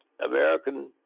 American